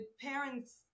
parents